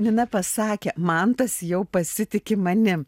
nina pasakė mantas jau pasitiki manim